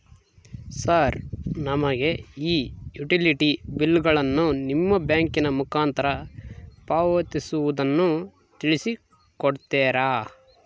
Sir ನಮಗೆ ಈ utility ಬಿಲ್ಲುಗಳನ್ನು ನಿಮ್ಮ ಬ್ಯಾಂಕಿನ ಮುಖಾಂತರ ಪಾವತಿಸುವುದನ್ನು ತಿಳಿಸಿ ಕೊಡ್ತೇರಾ?